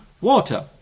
water